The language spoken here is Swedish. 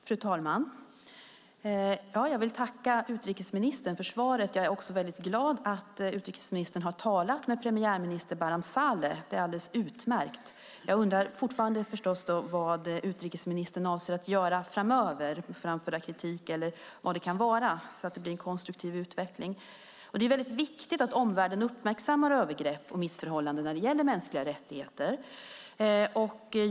Fru talman! Jag vill tacka utrikesministern för svaret. Jag är också väldigt glad att utrikesministern har talat med premiärminister Barham Saleh. Det är alldeles utmärkt. Jag undrar fortfarande förstås vad utrikesministern avser att göra framöver - framföra kritik eller vad det kan vara - så att det blir en konstruktiv utveckling. Det är väldigt viktigt att omvärlden uppmärksammar övergrepp och missförhållanden när det gäller mänskliga rättigheter.